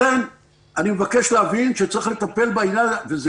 לכן אני מבקש להבין שצריך לטפל בעניין הזה.